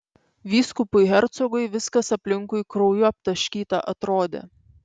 vyskupui hercogui viskas aplinkui krauju aptaškyta atrodė